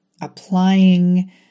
applying